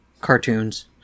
cartoons